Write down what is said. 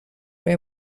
روی